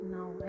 now